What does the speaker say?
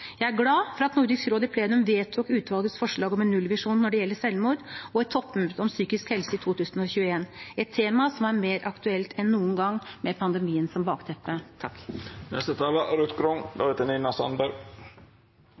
Jeg er glad for at Nordisk råd i plenum vedtok utvalgets forslag om en nullvisjon når det gjelder selvmord, og et toppmøte om psykisk helse i 2021, et tema som er mer aktuelt enn noen gang med pandemien som bakteppe.